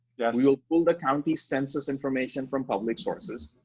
yes. we will pull the county census information from public sources,